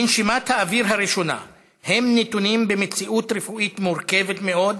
מנשימת האוויר הראשונה הם נתונים במציאות רפואית מורכבת מאוד,